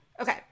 Okay